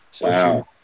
Wow